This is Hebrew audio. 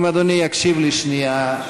אם אדוני יקשיב לי שנייה.